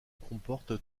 comporte